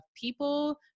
people